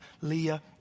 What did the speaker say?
Leah